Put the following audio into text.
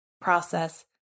process